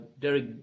Derek